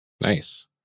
Nice